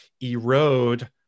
erode